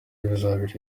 bizabera